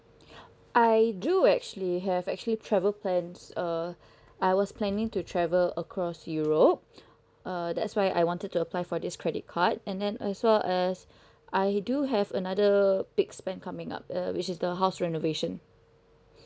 I do actually have actually travel plans uh I was planning to travel across europe uh that's why I wanted to apply for this credit card and then as well as I do have another big spend coming up uh which is the house renovation